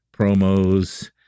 promos